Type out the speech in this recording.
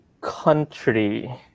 country